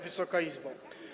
Wysoka Izbo!